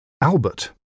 Albert